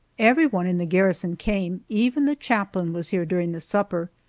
everyone in the garrison came even the chaplain was here during the supper.